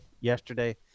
yesterday